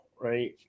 Right